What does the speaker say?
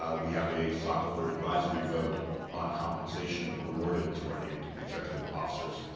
um we have a stockholder advisory vote on compensation awarded to our named executive officers.